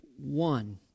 one